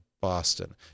Boston